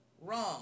Wrong